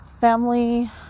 family